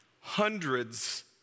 hundreds